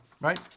right